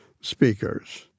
speakers